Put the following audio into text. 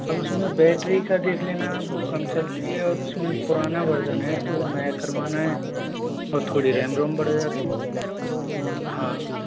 आप उसमें बैटरी का देख लेना वो कम चलती है और उसमें पुराना वरज़न है तो नया करवाना है और थोड़ी रैम रोम बढ़ जाती हाँ